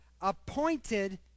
appointed